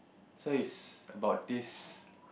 so it's about this